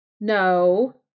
no